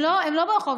הם לא ברחוב.